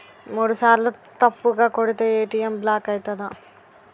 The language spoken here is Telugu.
మూడుసార్ల తప్పుగా కొడితే ఏ.టి.ఎమ్ బ్లాక్ ఐతదా?